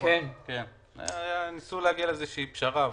ניסו להגיע לפשרה.